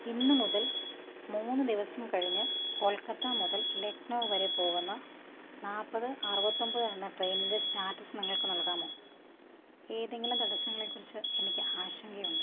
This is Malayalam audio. ഇന്ന് മുതൽ മൂന്ന് ദിവസം കഴിഞ്ഞു കൊൽക്കത്ത മുതൽ ലക്നൗ വരെ പോകുന്ന നാൽപ്പത് അറുപത്തി ഒമ്പത് എന്ന ട്രെയിനിൻ്റെ സ്റ്റാറ്റസ് നിങ്ങൾക്ക് നൽകാമോ ഏതെങ്കിലും തടസ്സങ്ങളെ കുറിച്ച് എനിക്ക് ആശങ്കയുണ്ട്